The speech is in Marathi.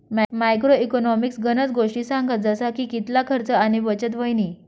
मॅक्रो इकॉनॉमिक्स गनज गोष्टी सांगस जसा की कितला खर्च आणि बचत व्हयनी